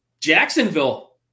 Jacksonville